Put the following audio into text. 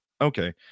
Okay